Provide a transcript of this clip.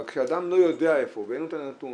אבל כשאדם לא יודע איפה הוא ואין לו את הנתון